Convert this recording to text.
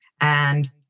And-